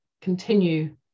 continue